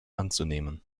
anzunehmen